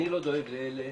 אני לא דואג לאלה,